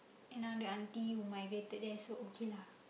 another auntie who migrated there so okay lah